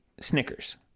Snickers